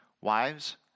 Wives